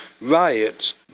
riots